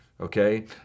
okay